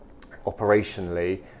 operationally